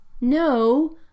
no